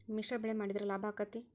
ಮಿಶ್ರ ಬೆಳಿ ಮಾಡಿದ್ರ ಲಾಭ ಆಕ್ಕೆತಿ?